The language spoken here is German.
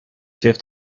wirft